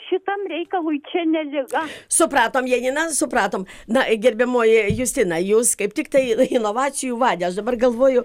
šitam reikalui čia ne liga supratom janina supratom na gerbiamoji justina jūs kaip tiktai inovacijų vadė aš dabar galvoju